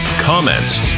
comments